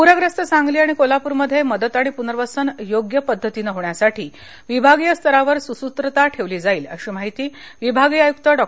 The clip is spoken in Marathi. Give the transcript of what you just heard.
प्रग्रस्त सांगली आणि कोल्हाप्रमध्ये मदत आणि प्रनर्वसन योग्य पद्धतीनं होण्यासाठी विभागीय स्तरावर सुसूत्रता ठेवली जाईल अशी माहिती विभागीय आयुक्त डॉ